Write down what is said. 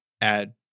add